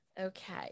Okay